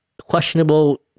questionable